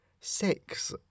Six